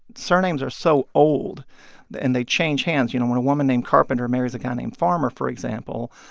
surnames are so old and they change hands, you know, when a woman named carpenter marries a guy named farmer, for example,